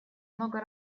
много